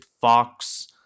Fox